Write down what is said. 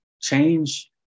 change